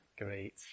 Great